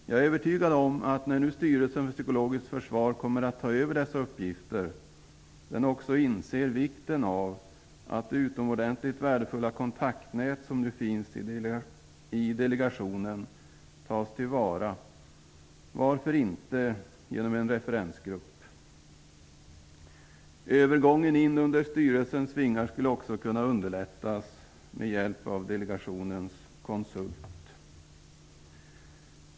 Jag är övertygad om att nu när Styrelsen för psykologiskt försvar kommer att ta över dessa uppgifter kommer styrelsen att också inse vikten av att det utomordentligt värdefulla kontaktnät som nu finns i delegationen tas till vara. Varför inte med hjälp av en referensgrupp? Övergången in under styrelsens vingar skulle också kunna underlättas med hjälp av delegationens konsult.